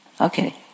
Okay